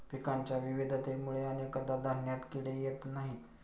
पिकांच्या विविधतेमुळे अनेकदा धान्यात किडे येत नाहीत